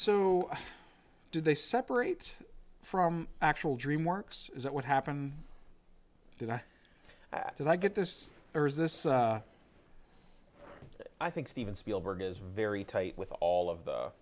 so did they separate from actual dream works is that what happened did i did i get this or is this that i think steven spielberg is very tight with all of the